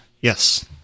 Yes